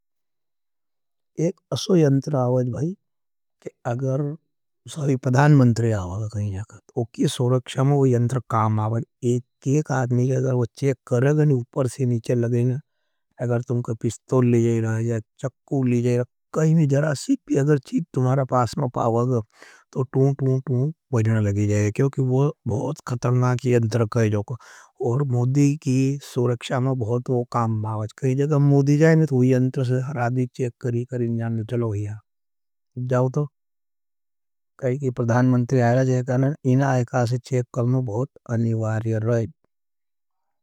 एक असो यंटर आवाज भाई कि अगर सवी पधान मंतरे आवाज कहीं जाकर तो की सोरक्षा में वो यंटर काम आवाज। एक एक आदमी जाकर वो चेक करेंगे नी उपर से नीचे लगेने, अगर तुमकर पिस्तोल ले जाए जाए जाए। चक्कूल ले जाए जाए जाए, कही मुधी जाए नी तु यंटर से हरादी चेक करी करी नी चलो हिया। जाओ तो कही कि प्रधान मंतरे आवाज है करने नी इन आएकासे चेक करने में बहुत अनिवारियर रहें।